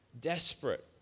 desperate